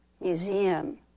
museum